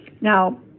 Now